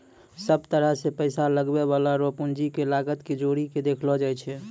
सब तरह से पैसा लगबै वाला रो पूंजी के लागत के जोड़ी के देखलो जाय छै